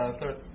third